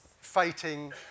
fighting